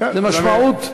זו המשמעות.